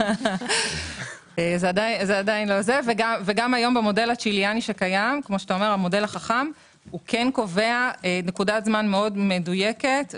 גם היום המודל הצ'יליאני החכם קובע נקודת זמן מדויקת מאוד,